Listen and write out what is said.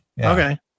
Okay